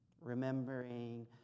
remembering